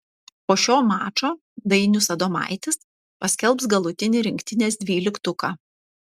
po šio mačo dainius adomaitis paskelbs galutinį rinktinės dvyliktuką